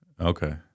Okay